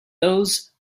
those